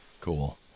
Cool